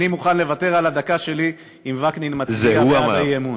אני מוכן לוותר על הדקה שלי אם וקנין מצביע בעד האי-אמון.